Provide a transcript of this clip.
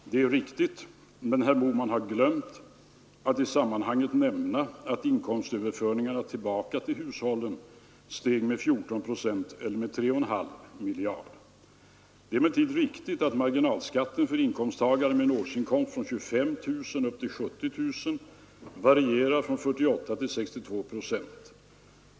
Detta är riktigt, men herr Bohman har glömt att i sammanhanget nämna att inkomstöverföringarna tillbaka till hushållen steg med 14 procent eller med 3,5 miljarder kronor. Det är emellertid riktigt att marginalskatten för inkomsttagare med en årsinkomst från 25 000 upp till 70 000 kronor varierar från 48 till 62 procent.